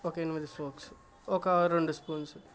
ఒక ఎనిమిది ఫోక్స్ ఒక రెండు స్పూన్స్